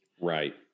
Right